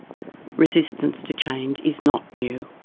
resistance to change is not new.